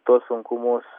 tuos sunkumus